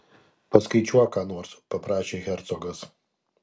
paskaičiuok ką nors paprašė hercogas